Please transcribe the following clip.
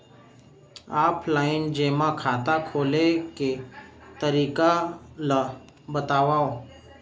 Offline जेमा खाता खोले के तरीका ल बतावव?